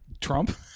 Trump